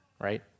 right